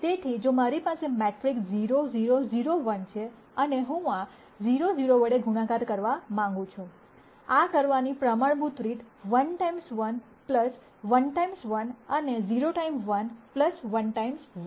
તેથી જો મારી પાસે મેટ્રિક્સ 0 0 0 1 છે અને હું આ 0 0 વડે ગુણાકાર કરવા માંગું છું આ કરવાની પ્રમાણભૂત રીત one times one 1 times one અને 0 ટાઈમ્સ વન 1 ટાઈમ્સ વન